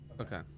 okay